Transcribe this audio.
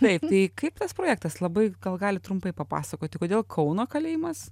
taip tai kaip tas projektas labai gal galit trumpai papasakoti kodėl kauno kalėjimas